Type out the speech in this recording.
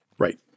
Right